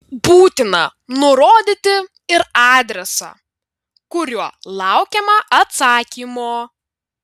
būtina nurodyti ir adresą kuriuo laukiama atsakymo